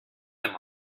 them